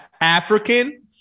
African